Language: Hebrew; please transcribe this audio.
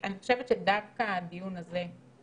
אני חושבת שדווקא הדיון הזה,